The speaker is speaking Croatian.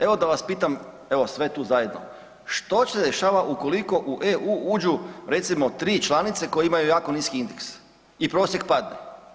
Evo da vas pitam, evo sve tu zajedno što se dešava ukoliko u EU uđu recimo tri članice koje imaju jako niski indeks i prosjek padne.